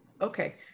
Okay